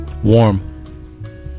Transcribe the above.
Warm